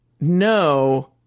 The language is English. No